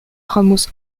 ramos